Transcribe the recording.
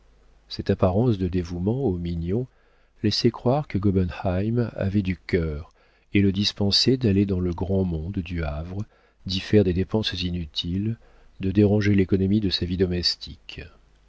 cette apparence de dévouement aux mignon laissait croire que gobenheim avait du cœur et le dispensait d'aller dans le grand monde du havre d'y faire des dépenses inutiles de déranger l'économie de sa vie domestique